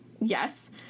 Yes